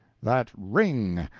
that ring,